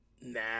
nah